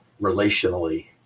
relationally